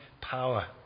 power